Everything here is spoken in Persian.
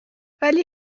ولی